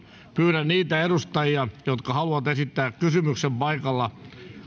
pyydän niitä edustajia jotka haluavat esittää kysymyksen paikalla